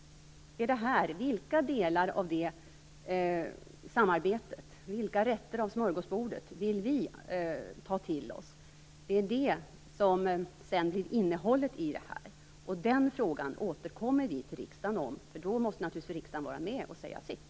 Frågan är vilka delar av det samarbetet eller vilka rätter av smörgåsbordet vi vill ta till oss. Då måste riksdagen naturligtvis vara med och säga sitt, och vi återkommer till riksdagen om detta.